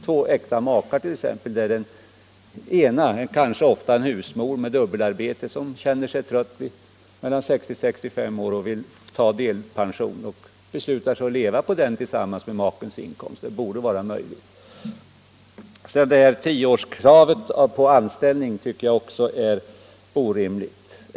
Ta t.ex. ett par äkta makar, där den ena är förvärvsarbetande husmor. Hon kan i 60-65-årsåldern känna sig trött på dubbelarbete och besluta sig för att ta delpension. De kan då leva på denna samt på makens inkomst. Detta borde vara möjligt. Tioårskravet på anställning tycker jag också är orimligt.